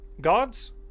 Gods